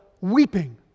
weeping